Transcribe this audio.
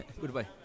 Goodbye